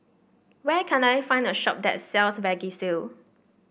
where can I find a shop that sells Vagisil